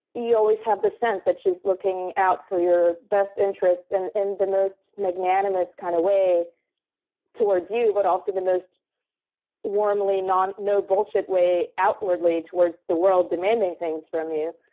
you always have the sense that she's looking out for your best interest and in the most magnanimous kind of way towards you, but also the most warmly no bullshit way outwardly towards the world demanding things from you.